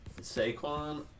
Saquon